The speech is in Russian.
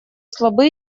слабы